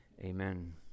amen